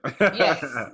Yes